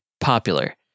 popular